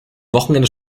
wochenende